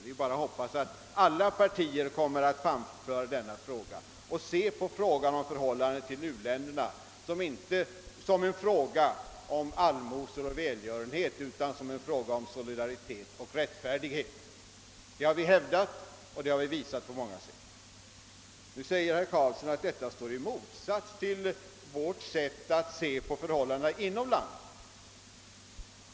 Vi hoppas bara att alla partier lika starkt kommer att ta upp frågan om förhållandet till u-länderna och se denna som ett spörsmål, inte som allmosor och välgörenhet, utan om solidaritet och rättfärdighet. Vi har visat och hävdat denna vår inställning på många sätt. Nu säger herr Carlsson att detta står i motsättning till vårt sätt att se på förhållandena inom landet.